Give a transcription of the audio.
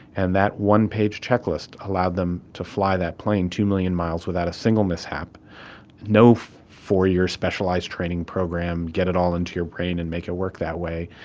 and that one-page checklist allowed them to fly that plane two million miles without a single mishap no four-year specialized training program, get it all into your brain and make it work that way.